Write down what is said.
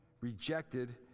rejected